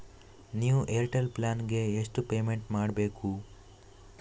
New Airtel plan ಗೆ ಎಷ್ಟು payment ಮಾಡ್ಬೇಕು?